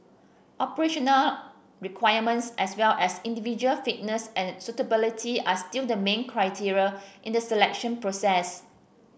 operational requirements as well as individual fitness and suitability are still the main criteria in the selection process